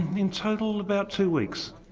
in total about two weeks.